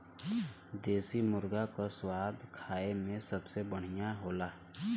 देसी मुरगा क स्वाद खाए में सबसे बढ़िया होला